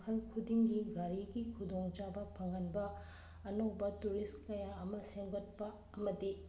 ꯃꯈꯜ ꯈꯨꯗꯤꯡꯒꯤ ꯒꯥꯔꯤꯒꯤ ꯈꯨꯗꯣꯡ ꯆꯥꯕ ꯐꯪꯍꯟꯕ ꯑꯅꯧꯕ ꯇꯨꯔꯤꯁ ꯀꯌꯥ ꯑꯃ ꯁꯦꯝꯒꯠꯄ ꯑꯃꯗꯤ